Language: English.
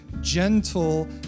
gentle